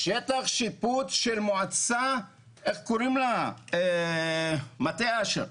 שטח שיפוט של מועצה מטה אשר,